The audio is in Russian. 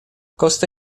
коста